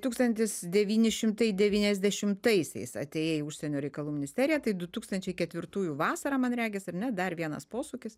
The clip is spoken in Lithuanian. tūkstantis devyni šimtai devyniasdešimtaisiais atėjai į užsienio reikalų ministeriją tai du tūkstančiai ketvirtųjų vasarą man regis ar ne dar vienas posūkis